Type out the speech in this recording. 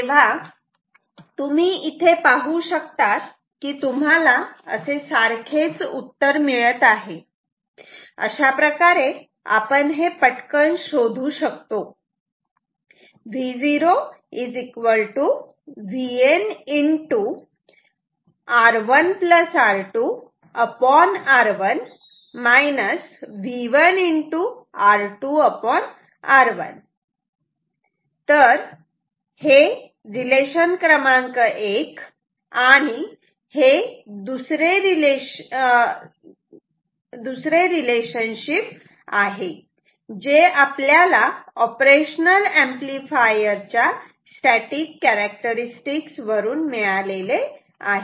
तेव्हा तुम्ही इथे पाहू शकतात की तुम्हाला असे सारखेच उत्तर मिळत आहे अशाप्रकारे आपण हे पटकन शोधू शकतो V0 VN R1R2R1 V1 R2 R1 तर हे रिलेशनशिप क्रमांक 1 आणि हे दुसरे रिलेशनशिप आहे जे आपल्याला ऑपरेशनल ऍम्प्लिफायर च्या स्टॅटिक कॅरेक्टरस्टिक्स वरून मिळालेले आहेत